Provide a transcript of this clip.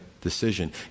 decision